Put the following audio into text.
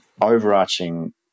overarching